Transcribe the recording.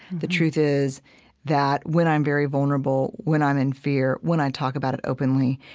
the truth is that, when i'm very vulnerable, when i'm in fear, when i talk about it openly,